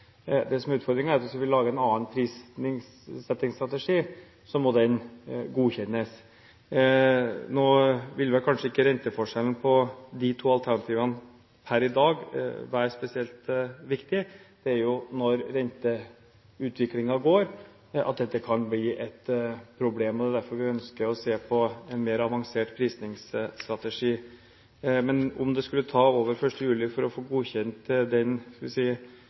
er utfordringen, er at hvis vi skal lage en prissettingsstrategi, må den godkjennes. Nå vil vel kanskje ikke renteforskjellen på de to alternativene per i dag være spesielt viktige. Det er jo når renteutviklingen går, at dette kan bli et problem. Det er derfor vi ønsker å se på en mer avansert prisningsstrategi. Men om det skulle gå utover 1. juli for å få godkjent den forbedrede prisningsstrategien, vil ikke det gå ut over tilbudene til bedriftene gjeldende fra 1. juli. Vi